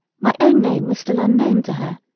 my own name was still unknown to her,